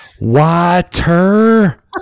water